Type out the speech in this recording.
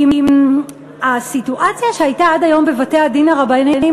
כי הסיטואציה שהייתה עד היום בבתי-הדין הרבניים,